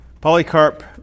Polycarp